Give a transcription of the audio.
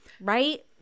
Right